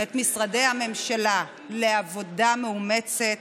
את משרדי הממשלה לעבודה מאומצת